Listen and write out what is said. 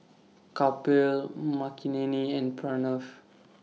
Kapil Makineni and Pranav